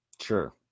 Sure